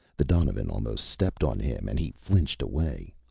the donovan almost stepped on him and he flinched away.